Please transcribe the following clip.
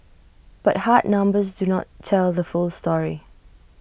but hard numbers do not tell the full story